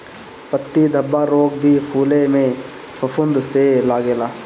पत्ती धब्बा रोग भी फुले में फफूंद से लागेला